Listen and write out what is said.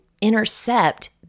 intercept